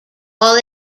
all